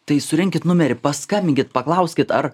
tai surinkit numerį paskambinkit paklauskit ar